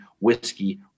whiskey